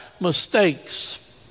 mistakes